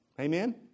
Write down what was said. Amen